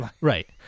Right